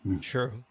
sure